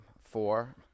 four